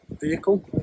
vehicle